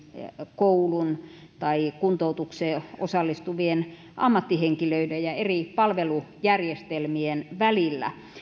koulun tai kuntoutukseen osallistuvien ammattihenkilöiden ja eri palvelujärjestelmien välillä